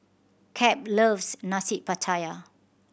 Cap loves Nasi Pattaya